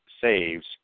saves